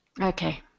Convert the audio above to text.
Okay